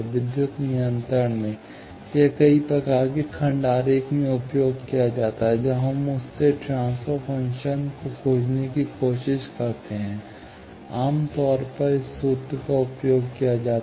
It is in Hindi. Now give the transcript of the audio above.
विद्युत नियंत्रण में यह कई प्रकार के खंड आरेख में उपयोग किया जाता है जब हम उस से ट्रांसफर फ़ंक्शन को खोजने की कोशिश करते हैं आम तौर पर इस सूत्र का उपयोग किया जाता है